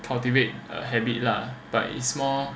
cultivate a habit lah but it's more